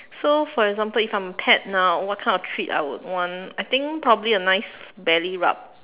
so for example if I am a pet now what kind of treat I would want I think probably a nice belly rub